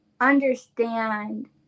understand